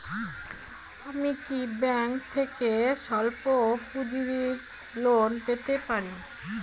আমি কি ব্যাংক থেকে স্বল্প পুঁজির লোন পেতে পারি?